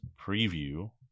preview